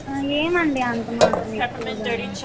ఏమండి అంత మాత్రం ఎక్కువగా